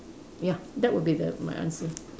ya that would be the my answer